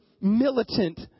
militant